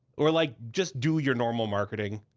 or like, just do your normal marketing.